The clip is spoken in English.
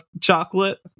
chocolate